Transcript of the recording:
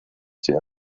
die